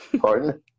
Pardon